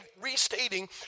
restating